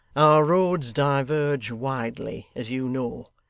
roads diverge widely, as you know.